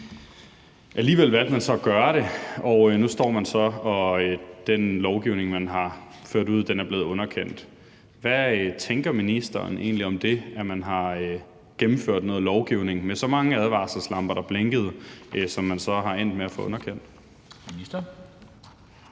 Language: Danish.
Alligevel valgte man at gøre det, og nu står man så i den situation, at den lovgivning, man har ført ud i livet, er blevet underkendt. Hvad tænker ministeren egentlig om, at man har gennemført en lovgivning, på trods af at der var mange advarselslamper, der blinkede – en lovgivning, som man så er endt med at få underkendt? Kl.